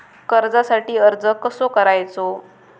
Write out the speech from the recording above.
कर्जासाठी अर्ज कसो करायचो?